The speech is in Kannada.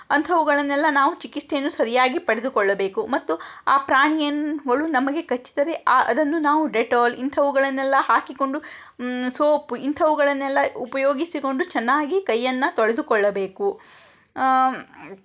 ಅಂಥವುಗಳನ್ನೆಲ್ಲ ನಾವು ಚಿಕಿತ್ಸೆಯನ್ನು ಸರಿಯಾಗಿ ಪಡೆದುಕೊಳ್ಳಬೇಕು ಮತ್ತು ಆ ಪ್ರಾಣಿಯನ್ನುಗಳು ನಮಗೆ ಕಚ್ಚಿದರೆ ಆ ಅದನ್ನು ನಾವು ಡೆಟಾಲ್ ಇಂಥವುಗಳನ್ನೆಲ್ಲ ಹಾಕಿಕೊಂಡು ಸೋಪು ಇಂಥವುಗಳನ್ನೆಲ್ಲ ಉಪಯೋಗಿಸಿಕೊಂಡು ಚೆನ್ನಾಗಿ ಕೈಯನ್ನು ತೊಳೆದುಕೊಳ್ಳಬೇಕು